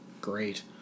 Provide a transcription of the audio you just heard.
great